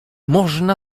można